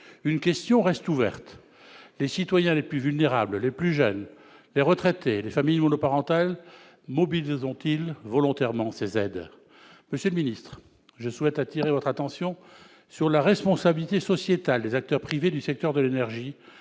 Une question reste ouverte : les citoyens les plus vulnérables, les jeunes, les retraités, les familles monoparentales mobiliseront-ils volontairement ces aides ? Monsieur le secrétaire d'État, je souhaite attirer votre attention sur la responsabilité sociétale des acteurs privés du secteur de l'énergie